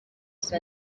izi